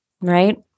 Right